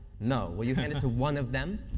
no. will you hand it to one of them?